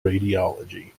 radiology